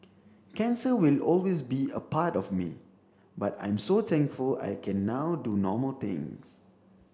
cancer will always be a part of me but I'm so thankful I can now do normal things